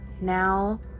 now